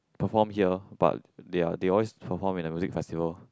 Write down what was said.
perform there but they are they always perform in music festival